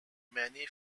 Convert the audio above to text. many